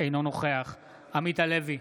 אינו נוכח עמית הלוי,